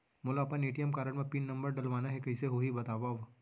मोला अपन ATM card म पिन नंबर डलवाना हे कइसे होही बतावव?